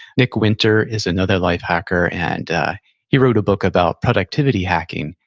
nick winter is another life hacker, and he wrote a book about productivity hacking,